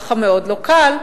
אך המאוד לא קל,